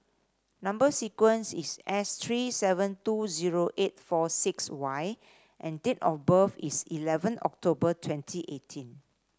number sequence is S threr seven two zero eight four six Y and date of birth is eleven October twenty eighteen